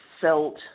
felt